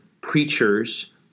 preachers